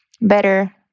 better